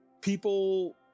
people